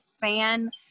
Fan